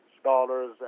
scholars